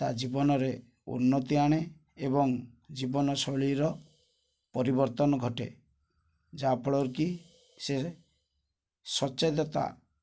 ତା ଜୀବନରେ ଉନ୍ନତି ଆଣେ ଏବଂ ଜୀବନଶୈଳୀର ପରିବର୍ତ୍ତନ ଘଟେ ଯାହାଫଳରେ କି ସେ ସଚେତନତା